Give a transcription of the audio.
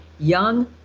Young